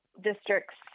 districts